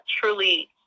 truly